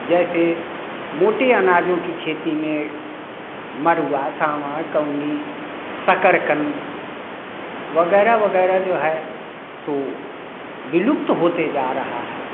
जैसे मोटे अनाजों कि खेती में मरुआ स्वामा काउनि शकरकंद वग़ैरह वग़ैरह जो है सो विलुप्त होते जा रहा है